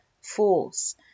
force